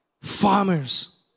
farmers